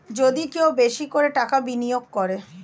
যদি কেউ বেশি করে টাকা বিনিয়োগ করে